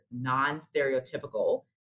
non-stereotypical